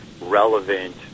relevant